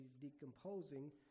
decomposing